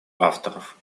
авторов